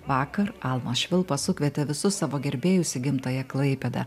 vakar almas švilpa sukvietė visus savo gerbėjus į gimtąją klaipėdą